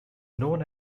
known